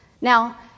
Now